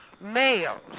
males